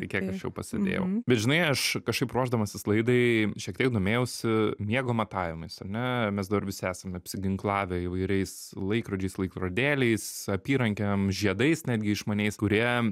kiek aš jau pasėdėjau bet žinai aš kažkaip ruošdamasis laidai šiek tiek domėjausi miego matavimais ane mes dabar visi esam apsiginklavę įvairiais laikrodžiais laikrodėliais apyrankėm žiedais netgi išmaniais kurie